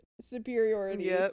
superiority